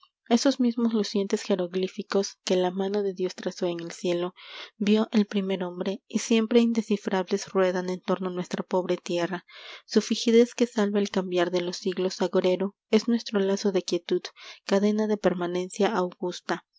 estos mismos lucientes jeroglíficos que la mano de dios trazó en el cielo vio el primer hombre y siempre indescifrables ruedan en torno a nuestra pobre tierra su fijidez que salva el cambiar de los siglos agorero es nuestro lazo de quietud cadena de permanencia augusta